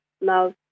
love